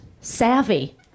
savvy